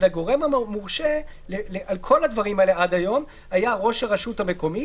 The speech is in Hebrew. הגורם המורשה על כל הדברים האלה עד היום היה ראש הרשות המקומית,